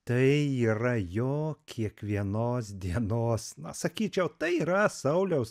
tai yra jo kiekvienos dienos na sakyčiau tai yra sauliaus